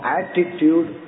attitude